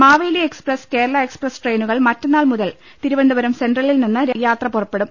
Maveli express Kerala express ട്രെയിനുകൾ മറ്റന്നാൾ മുതൽ തിരുവനന്തപുരം സെൻട്രലിൽ നിന്ന് യാത്ര പുറപ്പെടും